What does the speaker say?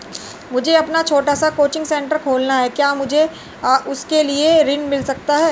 मुझे अपना छोटा सा कोचिंग सेंटर खोलना है क्या मुझे उसके लिए ऋण मिल सकता है?